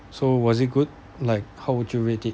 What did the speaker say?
so was it good like how would you rate it